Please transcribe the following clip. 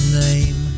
name